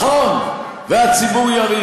תקבע אתה איזה ועדה שאתה רוצה.